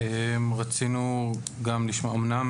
אמנם